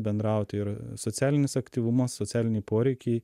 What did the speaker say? bendrauti ir socialinis aktyvumas socialiniai poreikiai